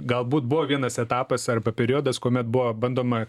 galbūt buvo vienas etapas arba periodas kuomet buvo bandoma